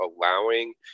allowing